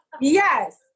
yes